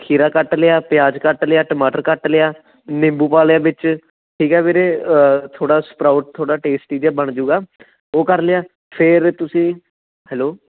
ਖੀਰਾ ਕੱਟ ਲਿਆ ਪਿਆਜ਼ ਕੱਟ ਲਿਆ ਟਮਾਟਰ ਕੱਟ ਲਿਆ ਨਿੰਬੂ ਪਾ ਲਿਆ ਵਿੱਚ ਠੀਕ ਹੈ ਵੀਰੇ ਥੋੜ੍ਹਾ ਸਪਰਾਊਟਸ ਥੋੜ੍ਹਾ ਟੇਸਟੀ ਜਿਹਾ ਬਣ ਜੂਗਾ ਉਹ ਕਰ ਲਿਆ ਫ਼ੇਰ ਤੁਸੀਂ ਹੈਲੋ